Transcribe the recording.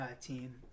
team